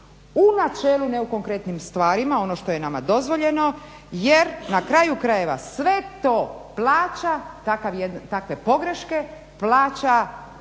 u načelu u nekonkretnim stvarima ono što je nama dozvoljeno jer na kraju krajeva sve to plaća takve pogreške plaća